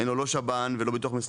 אין לו לא שב"ן, לא ביטוח פרטי,